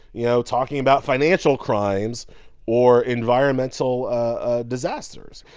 you know, talking about financial crimes or environmental ah disasters.